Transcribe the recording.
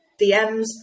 DMs